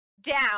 Down